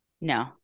No